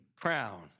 crown